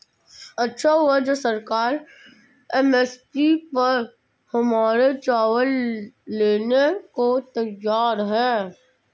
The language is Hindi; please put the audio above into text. अच्छा हुआ जो सरकार एम.एस.पी पर हमारे चावल लेने को तैयार है